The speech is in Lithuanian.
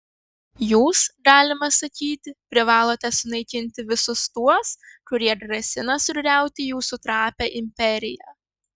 jūs galima sakyti privalote sunaikinti visus tuos kurie grasina sugriauti jūsų trapią imperiją